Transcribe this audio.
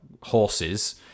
horses